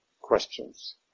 questions